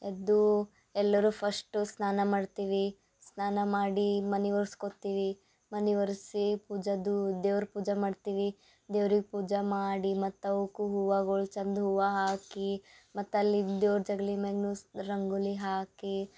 ಎದ್ದೂ ಎಲ್ಲರು ಫಸ್ಟ್ ಸ್ನಾನ ಮಾಡ್ತೀವಿ ಸ್ನಾನ ಮಾಡಿ ಮನೆ ಒರ್ಸ್ಕೊತ್ತಿವಿ ಮನೆ ಒರ್ಸಿ ಪೂಜದ್ದು ದೇವ್ರ ಪೂಜ ಮಾಡ್ತೀವಿ ದೇವ್ರಿಗೆ ಪೂಜ ಮಾಡಿ ಮತ್ತು ಅವ್ಕು ಹೂವಗಳು ಚಂದ ಹೂವ ಹಾಕಿ ಮತ್ತು ಅಲ್ಲಿದ ದೇವ್ರು ಜಗಲಿ ಮ್ಯಾಗ್ನು ಸ್ ರಂಗೋಲಿ ಹಾಕಿ